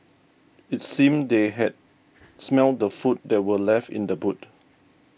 it seemed they had smelt the food that were left in the boot